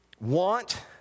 Want